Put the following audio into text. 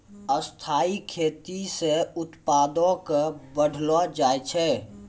स्थाइ खेती से उत्पादो क बढ़लो जाय छै